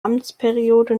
amtsperiode